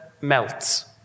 melts